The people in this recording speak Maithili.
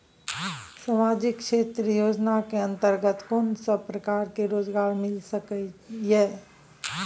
सामाजिक क्षेत्र योजना के अंतर्गत कोन सब प्रकार के रोजगार मिल सके ये?